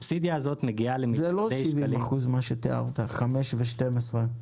זה לא 70% מה שתיארת, 5 ו-12.